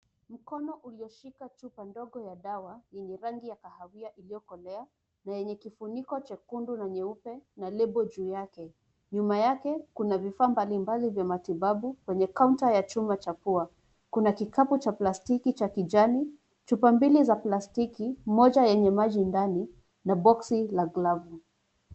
Mkono ulioshika chupa ndogo ya dawa, yenye rangi ya kahawia iliyokolea na yenye kifuniko chekundu na nyeupe, na lebo juu yake .Nyuma yake kuna vifaa mbalimbali vya matibabu kwenye kaunta ya chuma chafua. Kuna kikapu cha plastiki cha kijani, chupa mbili za plastiki, moja yenye maji ndani na boksi la glavu.